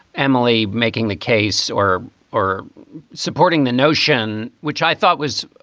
emily, making the case or or supporting the notion, which i thought was,